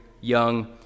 young